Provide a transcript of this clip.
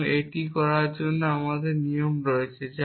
এবং এটি করার জন্য আমাদের নিয়ম রয়েছে